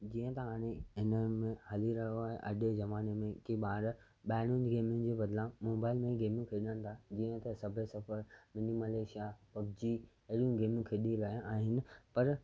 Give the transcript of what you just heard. जीअं त हाणे इन में हली रयो आहे अॼु जे ज़माने में कि ॿार ॿाहिरियूं गेमुनि जे बदिला मोबाइल में गेमियूं खेॾनि था जीअं त Subway Surfer Mini Militia PUBG अहिड़ियूं गेमू खेॾी रहिया आहिनि पर